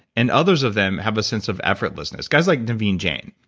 and others of them have a sense of effortlessness. guys like devine jane